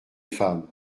femmes